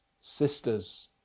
sisters